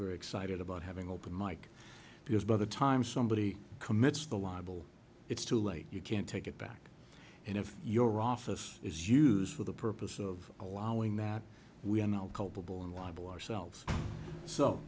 very excited about having open mike because by the time somebody commits the libel it's too late you can't take it back and if your office is used for the purpose of allowing that we are now culpable and libel ourselves so